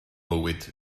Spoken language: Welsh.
mywyd